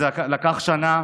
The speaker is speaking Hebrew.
זה לקח שנה,